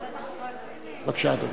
בבקשה, אדוני.